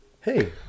Hey